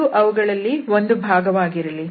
ಇದು ಅವುಗಳಲ್ಲಿ ಒಂದು ಭಾಗವಾಗಿರಲಿ